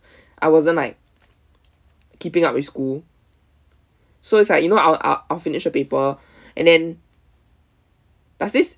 I wasn't like keeping up with school so it's like you know I'll I'll I'll finish the paper and then does this